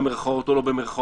במירכאות או שלא,